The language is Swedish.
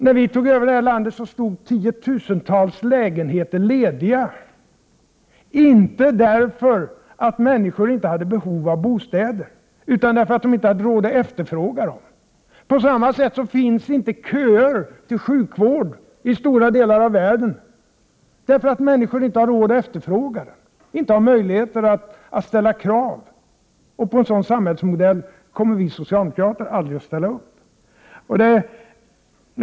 När vi tog över regeringsansvaret i det här landet stod tiotusentals lägenheter tomma, inte z därför att människor inte hade behov av bostäder utan därför att de inte hade Meddelande ominforråd att efterfråga dem. På samma sätt finns det i stora delar av världen inte mationsstund några köer till sjukvården, dvs. därför att människor inte har råd att ba efterfråga den och inte har möjlighet att ställa krav. Vi socialdemokrater Ekonomi kommer aldrig att ställa oss bakom en sådan samhällsmodell.